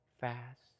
fast